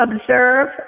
observe